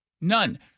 None